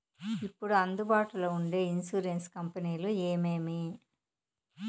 ఇప్పుడు అందుబాటులో ఉండే ఇన్సూరెన్సు కంపెనీలు ఏమేమి?